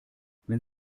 wenn